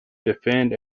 defend